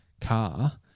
car